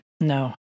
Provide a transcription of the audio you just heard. No